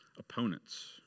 Opponents